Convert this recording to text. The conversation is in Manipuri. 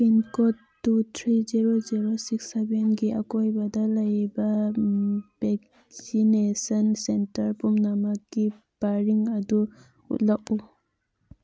pincode two three zero zero six ꯁꯕꯦꯟꯒꯤ ꯑꯀꯣꯏꯕꯗ ꯂꯩꯕ ꯚꯦꯛꯁꯤꯅꯦꯁꯟ ꯁꯦꯟꯇꯔ ꯄꯨꯝꯅꯃꯛꯀꯤ ꯄꯔꯤꯡ ꯑꯗꯨ ꯎꯠꯂꯛꯎ